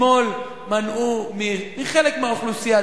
אתמול מנעו מחלק מהאוכלוסייה,